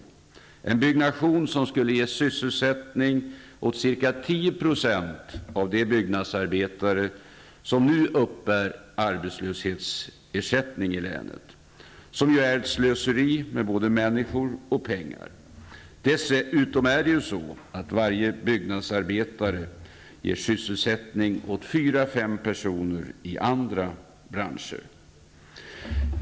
Det är ett projekt som skulle ge sysselsättning åt ca 10 % av de byggnadsarbetare som nu uppbär arbetslöshetsersättning i länet, som ju är ett slöseri med både människor och pengar. Dessutom ger varje byggnadsarbetare sysselsättning åt 4--5 personer i andra branscher.